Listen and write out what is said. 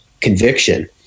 conviction